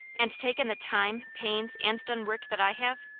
and taken the time, pains, and done work that i have?